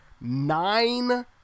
nine